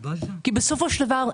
כי בסופו של דבר,